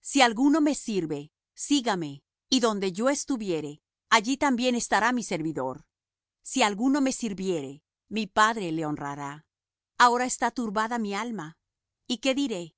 si alguno me sirve sígame y donde yo estuviere allí también estará mi servidor si alguno me sirviere mi padre le honrará ahora está turbada mi alma y qué diré